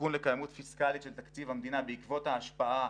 לסיכון לקיימות פיסקאלית של תקציב המדינה בעקבות ההשפעה